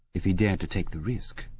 if he dared to take the risk.